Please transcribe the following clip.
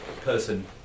person